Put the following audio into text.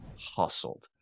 hustled